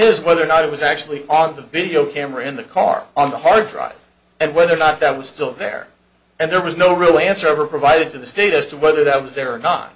is whether or not it was actually on the video camera in the car on the hard drive and whether or not that was still there and there was no real answer provided to the state as to whether that was there or not